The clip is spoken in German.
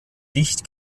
dicht